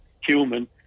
human